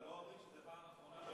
אבל לא אומרים שזו הפעם האחרונה.